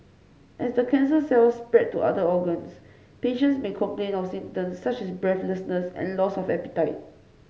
as the cancer cells spread to other organs patients may complain of symptoms such as breathlessness and loss of appetite